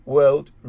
World